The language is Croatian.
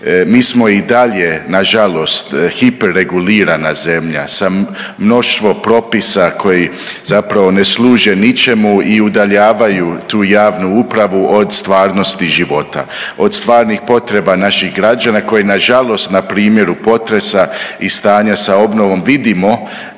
mi smo i dalje na žalost hiper regulirana zemlja sa mnoštvo propisa koji zapravo ne služe ničemu i udaljavaju tu javnu upravu od stvarnosti života, od stvarnih potreba naših građana koji na žalost na primjeru potresa i stanja sa obnovom vidimo